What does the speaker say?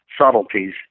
subtleties